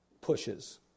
pushes